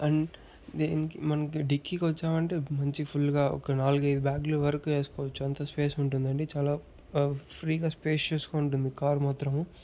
and దీనికి మనకి డిక్కీకి వచ్చామంటే మంచి ఫుల్ గా ఒక నాలుగైదు బ్యాగుల వరకు ఏసుకోవచ్చు అంత స్పేస్ ఉంటుందండి చాలా ఫ్రీ గా స్పెసియస్ గా ఉంటుంది కార్ మాత్రము